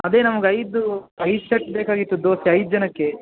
ಅದೇ ನಮ್ಗೆ ಐದು ಐದು ಸೆಟ್ ಬೇಕಾಗಿತ್ತು ದೋಸೆ ಐದು ಜನಕ್ಕೆ